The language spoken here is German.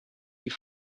die